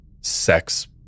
sex